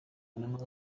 animals